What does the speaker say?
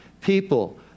people